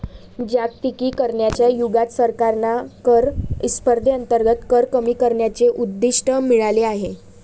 जागतिकीकरणाच्या युगात सरकारांना कर स्पर्धेअंतर्गत कर कमी करण्याचे उद्दिष्ट मिळाले आहे